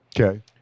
Okay